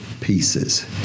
pieces